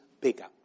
bigger